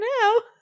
now